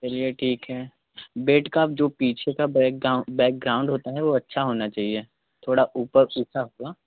चलिए ठीक है बेड का जो पीछे का बैकग्राउन बैकग्राउंड होता है वो अच्छा होना चाहिए थोड़ा ऊपर उठा हुआ